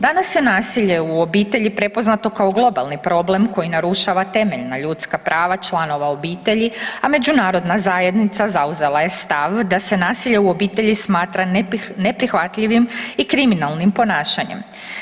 Danas je nasilje u obitelji prepoznato kao globalni problem koji narušava temeljna ljudska prava članova obitelji, a međunarodna zajednica zauzela je stav da se nasilje u obitelji smatra neprihvatljivim i kriminalnim ponašanjem.